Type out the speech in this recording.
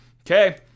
Okay